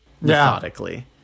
methodically